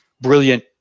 brilliant